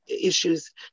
issues